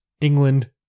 England